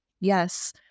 Yes